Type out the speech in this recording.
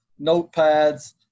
notepads